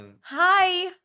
Hi